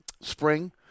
spring